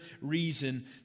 reason